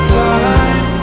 time